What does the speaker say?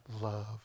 love